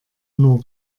nur